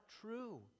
true